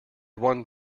one